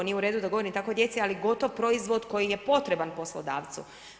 Nije u redu da govorim tako o djeci, ali gotov proizvod koji je potreban poslodavcu.